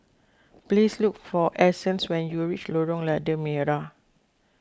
please look for Essence when you reach Lorong Lada Merah